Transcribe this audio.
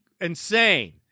insane